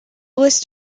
list